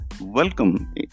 welcome